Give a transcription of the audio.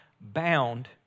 bound